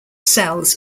cells